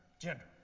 gender